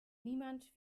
niemand